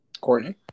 courtney